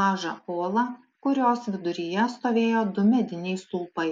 mažą olą kurios viduryje stovėjo du mediniai stulpai